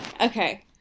Okay